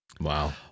Wow